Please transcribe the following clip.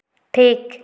ᱴᱷᱤᱠ